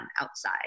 outside